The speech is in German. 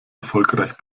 erfolgreich